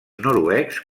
noruecs